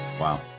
Wow